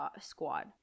squad